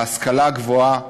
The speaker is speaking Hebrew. ההשכלה הגבוהה,